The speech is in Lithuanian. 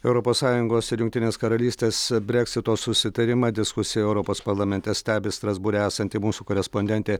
europos sąjungos ir jungtinės karalystės breksito susitarimą diskusiją europos parlamente stebi strasbūre esanti mūsų korespondentė